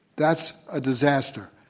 that's a disaster.